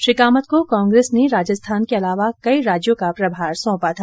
श्री कामत को कांग्रेस ने राजस्थान के अलावा कई राज्यों का प्रमार सोंपा था